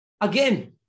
Again